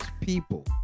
people